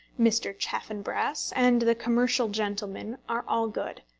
mr. chaffanbrass, and the commercial gentlemen, are all good.